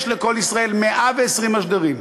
יש ל"קול ישראל" 120 משדרים.